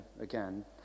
again